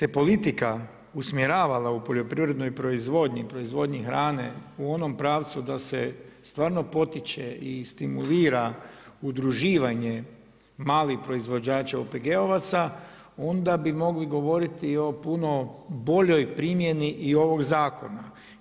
Ako bi se politika usmjeravala u poljoprivrednu proizvodnji, proizvodnji hrane u onom pravcu da se stvarno potiče i stimulira udruživanje malih proizvođača OPG-ovaca, onda bi mogli govoriti o puno boljoj primjeni i ovog zakona.